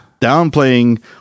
downplaying